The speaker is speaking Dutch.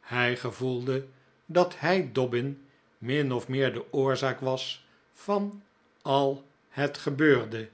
hij gevoelde dat hij dobbin min of meer de oorzaak was van al het gebeurde